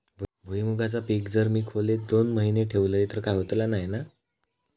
भुईमूगाचा पीक जर मी खोलेत दोन महिने ठेवलंय तर काय होतला नाय ना?